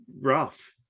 rough